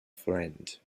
friend